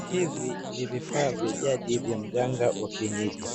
Hivi ni vifaa vya jadi vya mganga wa kienyeji